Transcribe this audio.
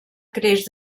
creix